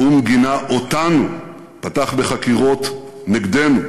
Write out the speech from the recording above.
האו"ם גינה אותנו, פתח בחקירות נגדנו,